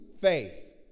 faith